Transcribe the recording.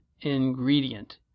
ingredient